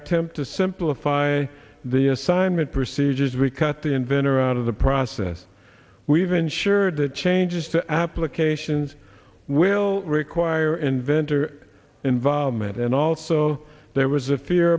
attempt to simplify the assignment procedures we cut the inventor out of the process we've ensured that changes to applications will require inventor involvement and also there was a fear